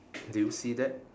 do you see that